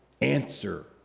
answer